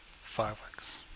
Fireworks